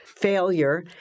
failure